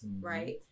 right